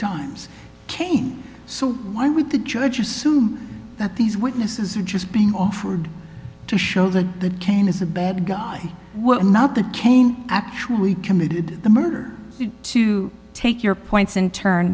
times cane so why would the judge assume that these witnesses are just being offered to show that the cane is a bad guy not that cain actually committed the murder to take your points and turn